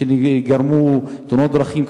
שגרמו תאונות דרכים קטלניות,